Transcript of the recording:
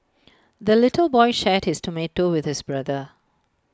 the little boy shared his tomato with his brother